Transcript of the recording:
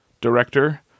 director